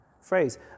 phrase